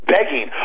Begging